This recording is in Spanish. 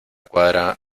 cuadra